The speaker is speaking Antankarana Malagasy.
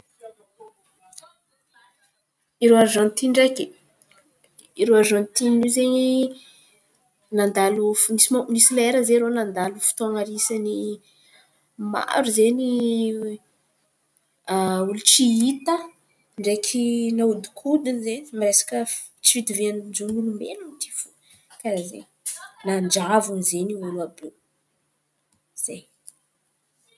Irô Arzantiny ndraiky, irô Arzantiny iô zen̈y nanalo misy lera zen̈y irô nandalo fotoan̈a anisan̈y maro zen̈y olo tsy hita ndraiky, nahodikodiny zen̈y ny resaka tsy fitovian-jon’olombelon̈a ity fo karà izen̈y. Nanjavona izen̈y irô olo àby iô izen̈y.